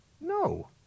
No